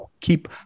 keep